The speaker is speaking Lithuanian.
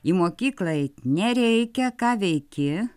į mokyklą eit nereikia ką veiki